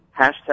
hashtag